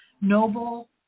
Noble